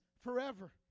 forever